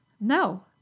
No